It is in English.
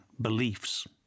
beliefs